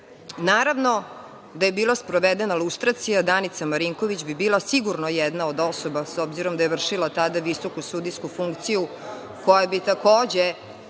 da je bila sprovedena lustracija, Danica Marinković bi bila sigurno jedna od osoba, s obzirom da je vršila tada visoku sudijsku funkciju, koja bi takođe